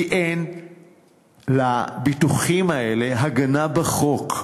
כי אין לביטוחים האלה הגנה בחוק,